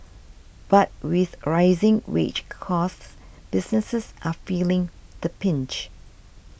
but with rising wage costs businesses are feeling the pinch